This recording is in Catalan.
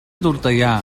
tortellà